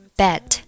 bet